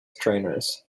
trainers